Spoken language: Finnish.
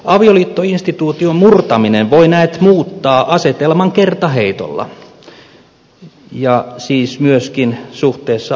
avioliittoinstituution murtaminen voi näet muuttaa asetelman kertaheitolla ja siis myöskin suhteessa avoliittoon